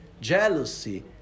jealousy